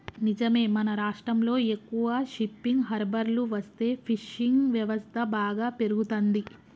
నిజమే మన రాష్ట్రంలో ఎక్కువ షిప్పింగ్ హార్బర్లు వస్తే ఫిషింగ్ వ్యవస్థ బాగా పెరుగుతంది